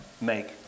make